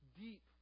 deep